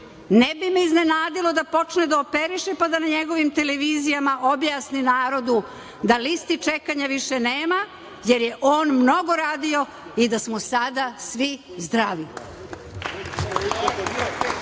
Ne bi me iznenadilo da počne da operiše, pa da njegovim televizijama objasni narodu da listi čekanja više nema, jer je on mnogo radio i da smo sada svi zdravi. Najveća